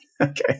okay